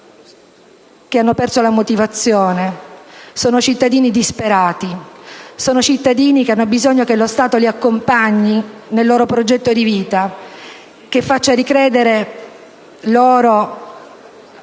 che hanno perso la motivazione; sono cittadini disperati; sono cittadini che hanno bisogno che lo Stato li accompagni nel loro progetto di vita, che faccia credere loro